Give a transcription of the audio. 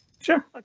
Sure